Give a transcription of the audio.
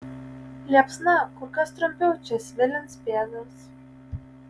liepsna kur kas trumpiau čia svilins pėdas